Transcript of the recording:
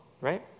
right